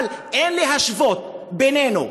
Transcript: אבל אין להשוות בינינו,